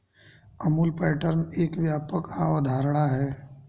Amul pattern एक व्यापक अवधारणा है